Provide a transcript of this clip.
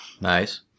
Nice